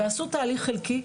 ועשו תהליך חלקי,